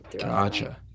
Gotcha